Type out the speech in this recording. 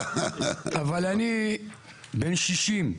אבל אני בן 60,